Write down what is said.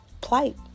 plight